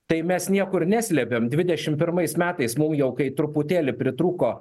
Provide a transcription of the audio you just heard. tai mes niekur neslepiam dvidešimt pirmais metais mum jau kai truputėlį pritrūko